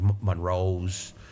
Monroe's